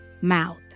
mouth